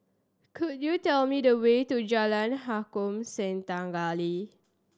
could you tell me the way to Jalan Harom Setangkai